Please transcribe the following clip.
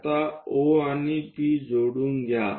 आता O आणि P जोडून घ्या